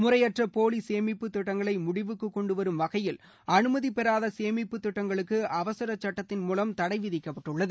முறையற்ற போலி சேமிப்பு திட்டங்களை முடிவுக்கு கொண்டுவரும் வகையில் அனுமதி பெறாத சேமிப்புத் திட்டங்களுக்கு அவசரச் சட்டத்தின் மூலம் தடை விதிக்கப்பட்டுள்ளது